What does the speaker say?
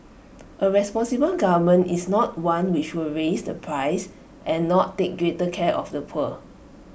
A responsible government is not one which will raise the price and not take greater care of the poor